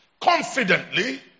confidently